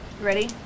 Ready